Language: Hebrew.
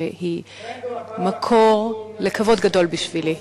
שהיא מקור לכבוד גדול בשבילי.